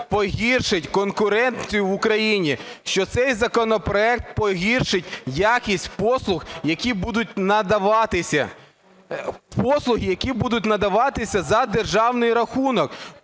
погіршить конкуренцію в Україні, що цей законопроект погіршить якість послуг, які будуть надаватися, послуги, які